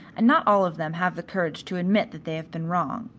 and not all of them have the courage to admit that they have been wrong.